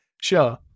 sure